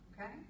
okay